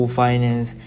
finance